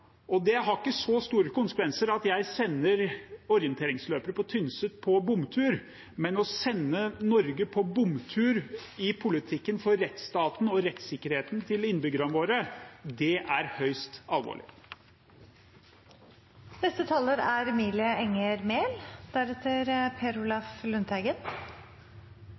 Det har ikke så store konsekvenser at jeg sender orienteringsløpere på Tynset på bomtur, men å sende Norge på bomtur i politikken for rettsstaten og rettssikkerheten til innbyggerne våre, er høyst alvorlig. Jeg synes det er